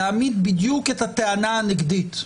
להעמיד בדיוק את הטענה הנגדית: